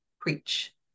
preach